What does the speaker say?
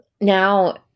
now